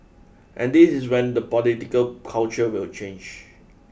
and this is when the political culture will change